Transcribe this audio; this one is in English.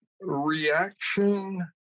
reaction